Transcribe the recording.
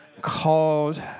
called